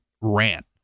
rant